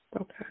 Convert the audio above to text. Okay